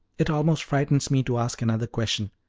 it almost frightens me to ask another question,